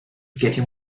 getting